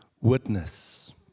witness